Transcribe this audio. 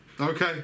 Okay